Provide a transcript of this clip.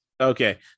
Okay